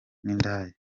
n’indaya